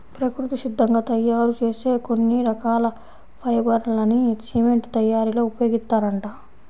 ప్రకృతి సిద్ధంగా తయ్యారు చేసే కొన్ని రకాల ఫైబర్ లని సిమెంట్ తయ్యారీలో ఉపయోగిత్తారంట